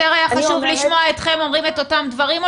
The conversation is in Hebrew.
יותר היה חשוב לשמוע אתכם אומרים את אותם דברים או